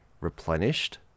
replenished